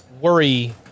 worry